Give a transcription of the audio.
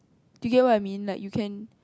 do you get what I mean like you can